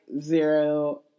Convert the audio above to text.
zero